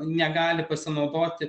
negali pasinaudoti